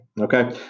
okay